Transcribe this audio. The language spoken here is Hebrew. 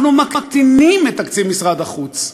אנחנו מקטינים את תקציב משרד החוץ.